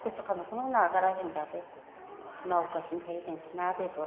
खस्थ' खालामनायखौनो नागारा जोङो दाबो मावगासिनो थायो जों ना बेदर